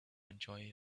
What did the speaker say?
enjoy